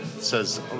says